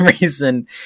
reason